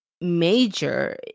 major